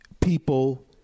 people